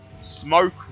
smoke